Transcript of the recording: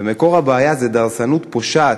ומקור הבעיה זה דורסנות פושעת,